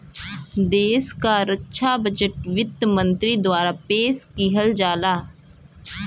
देश क रक्षा बजट वित्त मंत्री द्वारा पेश किहल जाला